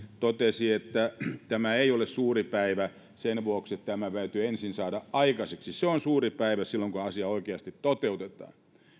totesi että tämä ei ole suuri päivä sen vuoksi että tämä täytyy ensin saada aikaiseksi se on suuri päivä kun asia oikeasti toteutetaan